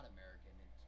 American